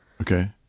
Okay